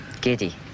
giddy